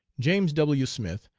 james w. smith,